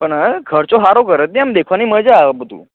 પણ હેં ખર્ચો સારો કર્યો છે નહીં આમ દેખવાની મજા આવે બધું